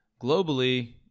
globally